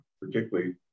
particularly